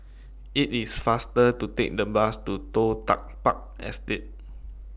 IT IS faster to Take The Bus to Toh Tuck Park Estate